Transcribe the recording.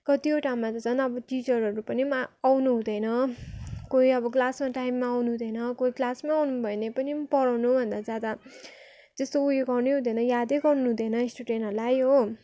कतिवटामा त झन् अब टिचरहरू पनि आउनुहुँदैन कोही अब क्लासमा टाइममा आउनुहुँदैन कोही क्लासमै आउनु भयो भने पनि पढाउनु भन्दा ज्यादा त्यस्तो उयो गर्नै हुँदैन यादै गर्नुहुँदैन स्टुडेन्टहरूलाई हो